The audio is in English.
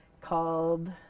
called